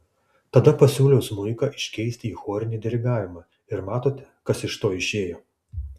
tada pasiūliau smuiką iškeisti į chorinį dirigavimą ir matote kas iš to išėjo